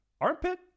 armpit